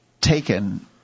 taken